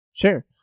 Sure